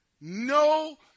no